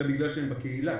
אלא בגלל שהן בקהילה.